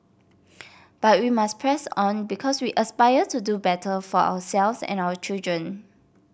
but we must press on because we aspire to do better for ourselves and our children